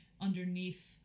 underneath